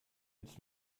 ins